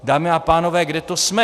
Dámy a pánové, kde to jsme?